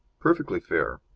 perfectly fair.